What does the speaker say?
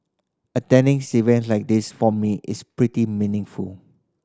attending like this for me is pretty meaningful